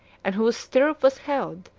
and whose stirrup was held,